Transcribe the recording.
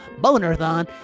Boner-thon